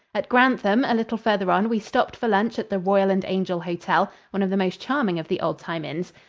at grantham, a little farther on, we stopped for lunch at the royal and angel hotel, one of the most charming of the old-time inns.